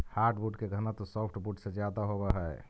hardwood के घनत्व softwood से ज्यादा होवऽ हइ